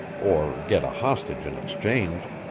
or get a hostage in exchange.